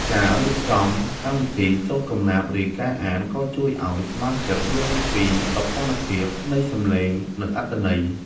ការរៀបចំកម្មវិធី សូត្រកំណាព្យ ឬការអាន ក៏ជួយឱ្យសមាជិកយល់ពីសោភ័ណភាពនៃសំឡេង និងអត្ថន័យ។